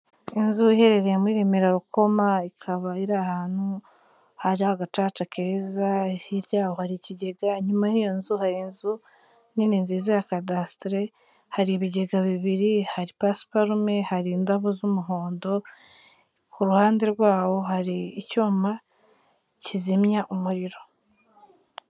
Inzu iherereye muri Remera Rukoma, ikaba iri ahantu hari agacaca keza, hirya yaho hari ikigega, inyuma y'iyo nzu hari inzu nini nziza ya kadasiteri, hari ibigega bibiri, hari pasiparume, hari indabo z'umuhondo, ku ruhande rwaho hari icyuma kizimya umuriro.